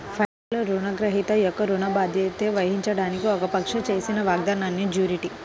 ఫైనాన్స్లో, రుణగ్రహీత యొక్క ఋణ బాధ్యత వహించడానికి ఒక పక్షం చేసిన వాగ్దానాన్నిజ్యూరిటీ